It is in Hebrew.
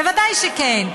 בוודאי שכן.